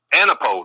antipode